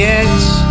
edge